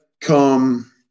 come